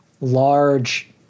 large